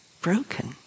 broken